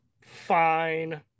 Fine